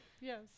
yes